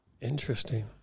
Interesting